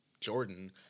Jordan